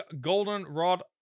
goldenrod